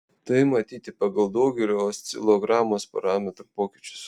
tai matyti pagal daugelio oscilogramos parametrų pokyčius